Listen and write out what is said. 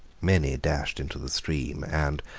many dashed into the stream, and,